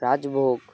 rajbhog